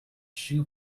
shoe